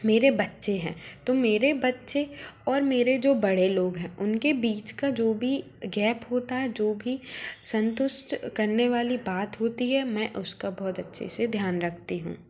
मेरे बच्चे हैं तो मेरे बच्चे और मेरे जो बड़े लोग हैं उनके बीच का जो भी गैप होता है जो भी संतुष्ट करने वाली बात होती है मैं उसका बहुत अच्छे से ध्यान रखती हूँ